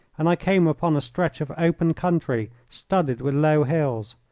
and i came upon a stretch of open country studded with low hills.